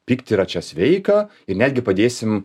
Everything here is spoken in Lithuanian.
pykti yra čia sveika ir netgi padėsim